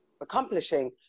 accomplishing